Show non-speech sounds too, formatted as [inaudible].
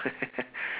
[laughs]